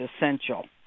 essential